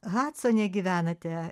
hadsone gyvenate